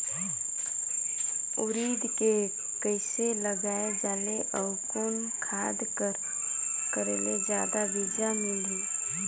उरीद के कइसे लगाय जाले अउ कोन खाद कर करेले जादा बीजा मिलही?